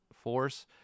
force